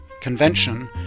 Convention